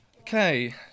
Okay